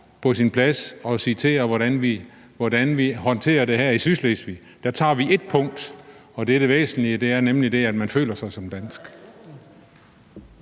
på sin plads at sige, hvordan vi håndterer det her i Sydslesvig. Der tager vi et punkt, og det er det væsentlige, nemlig det, at man føler sig som dansk.